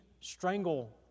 strangle